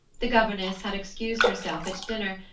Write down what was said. the governess had excused herself at dinner,